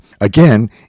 Again